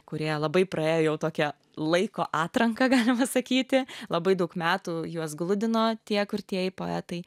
kurie labai praėjo jau tokią laiko atranką galima sakyti labai daug metų juos gludino tie kurtieji poetai